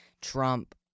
Trump